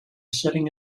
setting